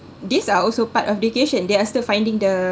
these are also part of education they are still finding the